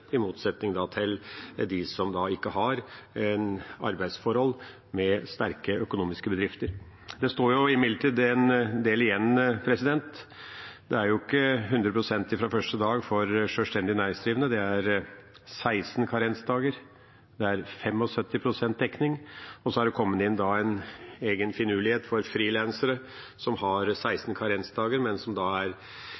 i motsetning til dem som ikke har arbeidsforhold i økonomisk sterke bedrifter. Det står imidlertid en del igjen. Det er jo ikke 100 pst. dekning fra første dag for sjølstendig næringsdrivende. Det er 16 karensdager. Det er 75 pst. dekning. Så er det kommet inn en egen finurlighet for frilansere, som har